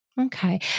Okay